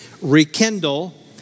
rekindle